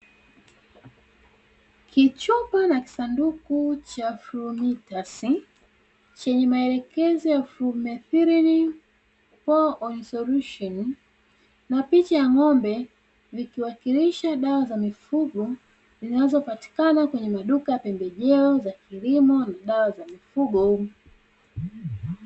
Kichupa na kisanduku cha "FLUMITAS" chenye maelekezo ya "FLUMETHRIN POUR ON SOLUTION" na picha ya ng'ombe, vikiwakilisha dawa za mifugo zinazopatikana kwenye maduka ya pembejeo za kilimo na dawa za mifugo.